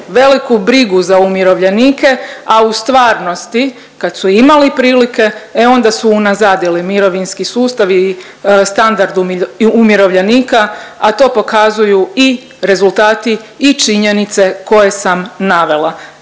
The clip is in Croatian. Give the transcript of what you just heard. veliku brigu za umirovljenike, a u stvarnosti kad su imali prilike, e onda su unazadili mirovinski sustav i standard umirovljenika, a to pokazuju i rezultati i činjenice koje sam navela.